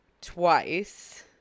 twice